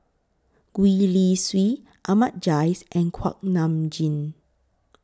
Gwee Li Sui Ahmad Jais and Kuak Nam Jin